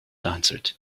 answered